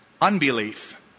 unbelief